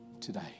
today